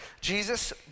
Jesus